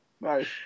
Nice